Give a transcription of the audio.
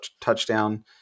touchdown